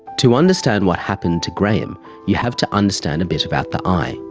to understand what happened to graham, you have to understand a bit about the eye.